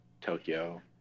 Tokyo